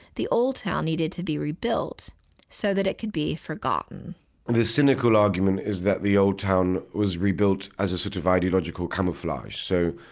the old town needed to be rebuilt so that it could be forgotten the cynical argument is that the old town was rebuilt as a sort of ideological camouflage. so,